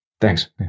Thanks